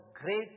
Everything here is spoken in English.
great